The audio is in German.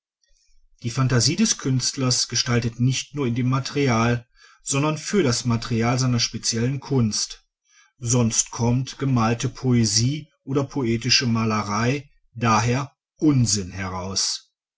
die phantasie des künstlers gestaltet nicht nur in dem material sondern für das material seiner speziellen kunst sonst kommt gemalte poesie oder poetische malerei d h unsinn heraus